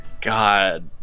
God